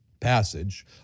passage